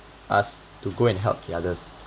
us to go and help the others